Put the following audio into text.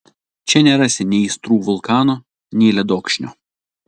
čia nerasi nei aistrų vulkano nei ledokšnio